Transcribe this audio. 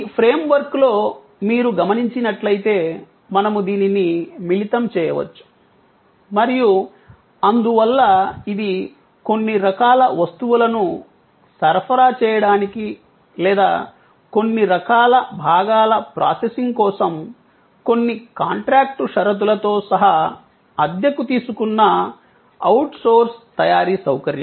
ఈ ఫ్రేమ్వర్క్లో మీరు గమనించినట్లైతే మనము దీనిని మిళితం చేయవచ్చు మరియు అందువల్ల ఇది కొన్ని రకాల వస్తువులను సరఫరా చేయడానికి లేదా కొన్ని రకాల భాగాల ప్రాసెసింగ్ కోసం కొన్ని కాంట్రాక్టు షరతులతో సహా అద్దెకు తీసుకున్న అవుట్సోర్స్ తయారీ సౌకర్యం